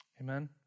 Amen